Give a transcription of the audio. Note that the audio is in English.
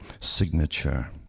signature